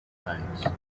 signs